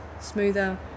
Smoother